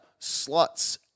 sluts